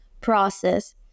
process